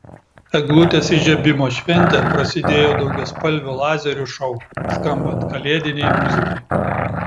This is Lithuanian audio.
eglutės įžiebimo šventė prasidėjo daugiaspalvių lazerių šou skambant kalėdinei muzikai